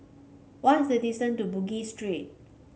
what is the distance to Bugis Street